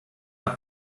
habt